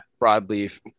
broadleaf